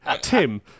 Tim